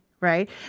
right